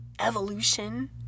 evolution